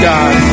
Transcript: God